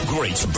Great